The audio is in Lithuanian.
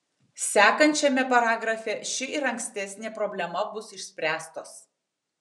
sekančiame paragrafe ši ir ankstesnė problema bus išspręstos